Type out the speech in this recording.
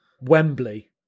Wembley